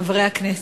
חברי הכנסת.